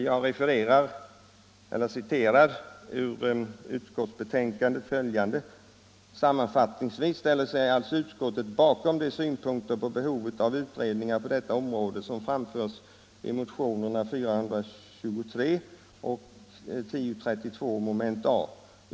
Jag citerar följande ur utskottsbetänkandet: ”Sammanfattningsvis ställer sig alltså utskottet bakom de synpunkter på behovet av utredningar på detta område, som framförs i motionerna 423 och 1032 moment a.